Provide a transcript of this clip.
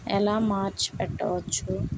ఎలా మార్చి పెట్టవచ్చు